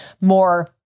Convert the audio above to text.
more